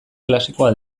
klasikoa